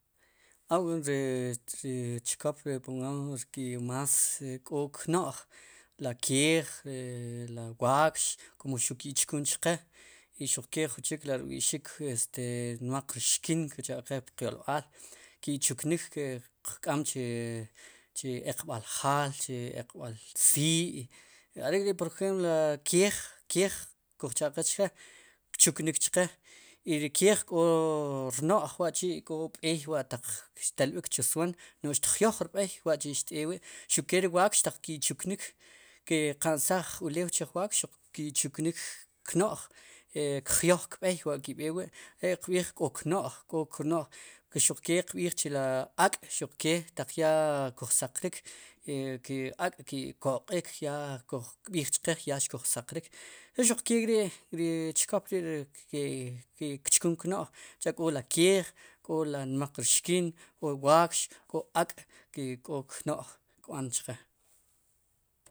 Way ri, ri chkop ri pongamos i más ik'o kno'j la keej i la waakx kum xuq ki'chkun chqe ixuq ke jun chik kb'i'xik nmaq rxkin kuj cha'qe puqyolb'al ki' chuknik ki'q k'am chu eqb'al jal chu eqb'al sii' are'k'ri por ejemplo li keej, keej kuj cha'qe chke kchuknik chqe i ri keej k'o rno'j wa'chi' k'o b'eey xtelb'ik chu swoon xtjyoj rb'ey wa'chi' xt'eek wi' xuqke ri waakx ataq ki' chuknik ke' qansaj ulew chij waakx ki' chuknik kno'j kjyoj kb'ey wa' ki' b'eek wi' are' qb'iij k'o kno'j xuqkee qb'iij la ak'xuq kee taq ya kuj saq rik ke ak'ko'q'iik ya kuj kb'ij chqe ya xkuj saq rik i xuq kek'ri' ri chkop ri, ri kchkun kno'j sicha'k'oli keej, k'oli nmaq rxkin k'o waakx k'o ak' k'o kno'j kb'an chqe.